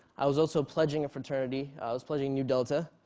i was also pledging a fraternity. i was pledging nu delta,